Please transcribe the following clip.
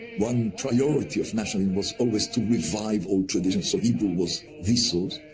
one priority of nationalism was always to revive old traditions, so hebrew was the source,